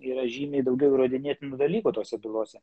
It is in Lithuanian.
yra žymiai daugiau įrodinėtinų dalykų tose bylose